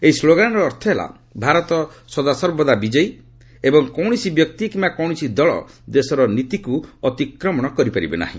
ଏହି ସ୍କୋଗାନର ଅର୍ଥ ହେଲା ଭାରତ ସଦାସର୍ବଦା ବିଜୟୀ ଏବଂ କୌଣସି ବ୍ୟକ୍ତି କିୟା କୌଣସି ଦଳ ଦେଶର ନୀତିକୁ ଅତିକ୍ରମଣ କରିପାରିବେ ନାହି